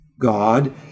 God